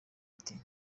ati